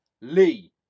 lee